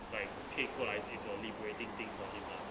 like K 过来 is a liberating thing for him ah